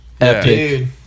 epic